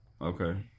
okay